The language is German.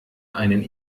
einen